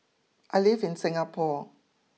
I live in Singapore